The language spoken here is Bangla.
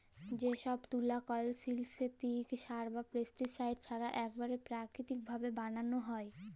যে তুলা কল সিল্থেটিক সার বা পেস্টিসাইড ছাড়া ইকবারে পাকিতিক ভাবে বালাল হ্যয়